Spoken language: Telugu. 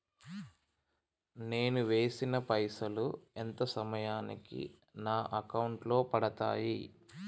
నేను వేసిన పైసలు ఎంత సమయానికి నా అకౌంట్ లో పడతాయి?